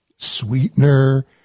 sweetener